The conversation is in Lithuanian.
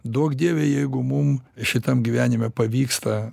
duok dieve jeigu mum šitam gyvenime pavyksta